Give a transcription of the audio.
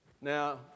Now